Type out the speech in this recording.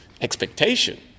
expectation